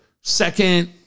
second